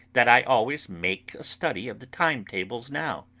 that i always make a study of the time-tables now.